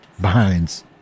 behinds